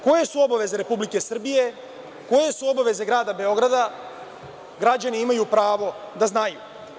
Koje su obaveze Republike Srbije, koje su obaveze grada Beograda građani imaju pravo da znaju?